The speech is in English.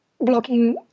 blocking